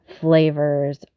flavors